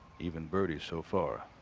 even birdies so far.